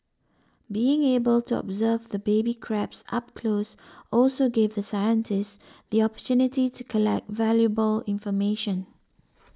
being able to observe the baby crabs up close also gave the scientists the opportunity to collect valuable information